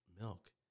milk